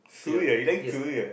so yeah you like so yeah